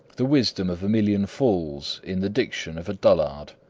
the wisdom of a million fools in the diction of a dullard.